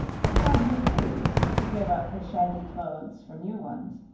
he had refused to give up his shaggy clothes for new ones,